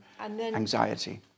anxiety